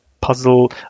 puzzle